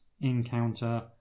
encounter